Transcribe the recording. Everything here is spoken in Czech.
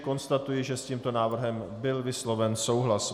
Konstatuji, že s tímto návrhem byl vysloven souhlas.